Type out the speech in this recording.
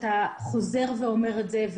אתה חוזר ואומר את זה,